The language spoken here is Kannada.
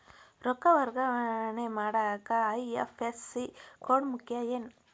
ರೊಕ್ಕ ವರ್ಗಾವಣೆ ಮಾಡಾಕ ಐ.ಎಫ್.ಎಸ್.ಸಿ ಕೋಡ್ ಮುಖ್ಯ ಏನ್